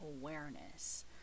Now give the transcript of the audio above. awareness